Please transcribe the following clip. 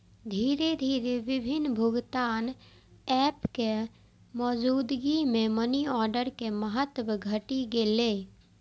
धीरे धीरे विभिन्न भुगतान एप के मौजूदगी मे मनीऑर्डर के महत्व घटि गेलै